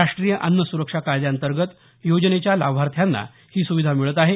राष्ट्रीय अन्न सुरक्षा कायद्याअंतर्गत योजनेच्या लाभार्थ्यांना ही सुविधा मिळत आहे